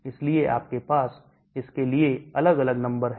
इसलिए आपके पास इसके लिए अलग अलग नंबर हैं